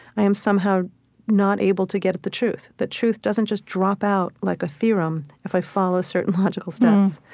i am somehow not able to get at the truth. the truth doesn't just drop out like a theorem if i follow certain logical steps.